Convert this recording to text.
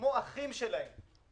כמו אחים שלהם.